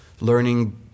learning